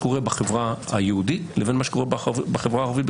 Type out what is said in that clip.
שקורה בחברה היהודית לבין מה שקורה בחברה הערבית,